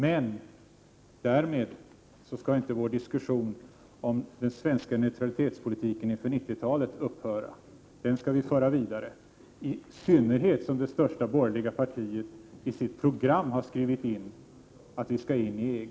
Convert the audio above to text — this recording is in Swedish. Men därmed skall inte vår diskussion om den svenska neutralitetspolitiken inför 90-talet upphöra. Den skall vi föra vidare, i synnerhet som det största borgerliga partiet i sitt program har skrivit in att Sverige skall in i EG.